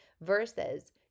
versus